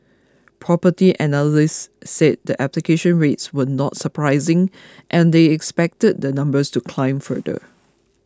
Property Analysts said the application rates were not surprising and they expected the numbers to climb further